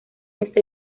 este